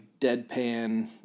deadpan